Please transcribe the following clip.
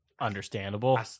understandable